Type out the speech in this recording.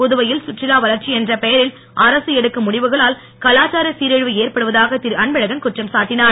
புதுவையில் சுற்றுலா வளர்ச்சி என்ற பெயரில் அரசு எடுக்கும் முடிவுகளால் கலாச்சார சீரழிவு ஏற்படுவதாக திரு அன்பழகன் குற்றம் சாட்டினார்